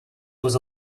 was